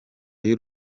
y’u